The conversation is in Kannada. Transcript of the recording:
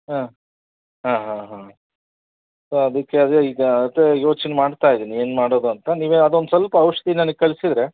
ಹಾಂ ಹಾಂ ಹಾಂ ಹಾಂ ಸೊ ಅದಕ್ಕೆ ಅದೇ ಈಗ ಅದೇ ಯೋಚನೆ ಮಾಡ್ತಾ ಇದ್ದೀನಿ ಏನು ಮಾಡೋದು ಅಂತ ನೀವೇ ಅದೊಂದು ಸ್ವಲ್ಪ ಔಷಧಿ ನನಗೆ ಕಳಿಸಿದ್ರೆ